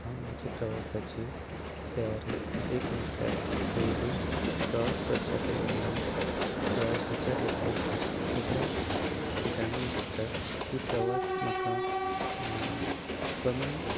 हांव म्हज्या प्रवासाची तयारी एक म्हणल्यार पयलीं प्रवास करच्या पयलीं हांव प्रवासाच्या बद्दल सगलें जाणून घेता की प्रवास म्हाका कमी